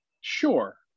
Sure